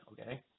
Okay